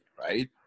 right